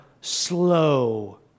slow